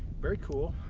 very cool,